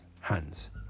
hands